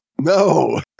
No